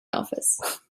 office